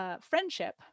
friendship